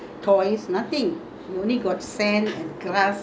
we don't have like all those computer games or [what]